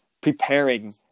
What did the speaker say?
preparing